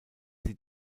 sie